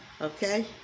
Okay